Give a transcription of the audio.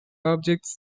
objects